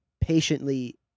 patiently